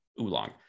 Oolong